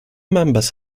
members